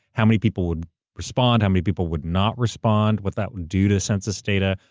how many people would respond? how many people would not respond? what that would do to census data.